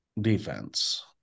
defense